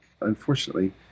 unfortunately